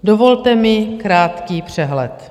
Dovolte mi krátký přehled.